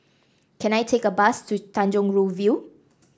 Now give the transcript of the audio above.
can I take a bus to Tanjong Rhu View